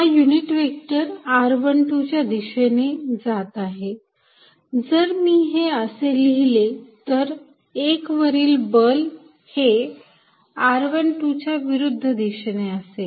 हा unit vector r१२ या दिशेने जात आहे जर मी हे असे लिहिले तर 1 वरील बल हे r१२ च्या विरुद्ध दिशेने असेल